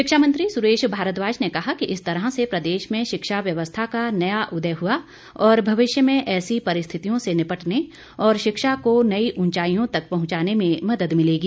शिक्षा मंत्री सुरेश भारद्वाज ने कहा कि इस तरह से प्रदेश में शिक्षा व्यवस्था का नया उदय हुआ और भविष्य में ऐसी परिस्थितियों से निपटने और शिक्षा को नई उंचाईयों तक पहुंचाने में मदद मिलेगी